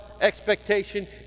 expectation